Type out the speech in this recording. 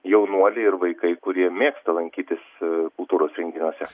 jaunuoliai ir vaikai kurie mėgsta lankytis kultūros renginiuose